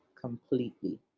completely